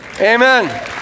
Amen